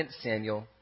Samuel